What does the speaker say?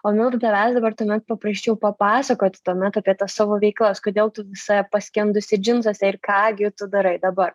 o milda tavęs dabar tuomet paprašyčiau papasakoti tuomet apie tas savo veiklas kodėl tu visa paskendusi džinsuose ir ką gi tu darai dabar